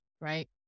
right